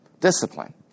discipline